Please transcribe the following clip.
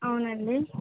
అవునండి